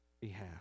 behalf